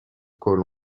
col